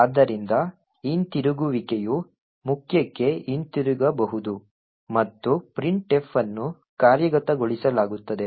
ಆದ್ದರಿಂದ ಹಿಂತಿರುಗುವಿಕೆಯು ಮುಖ್ಯಕ್ಕೆ ಹಿಂತಿರುಗಬಹುದು ಮತ್ತು printf ಅನ್ನು ಕಾರ್ಯಗತಗೊಳಿಸಲಾಗುತ್ತದೆ